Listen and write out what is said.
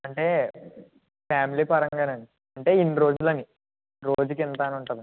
అంటే ఫ్యామిలీ పరంగానండి అంటే ఇన్ని రోజులని రోజుకి ఇంత అని ఉంటుందండి